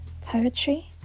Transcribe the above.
poetry